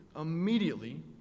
immediately